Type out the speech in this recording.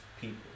people